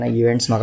events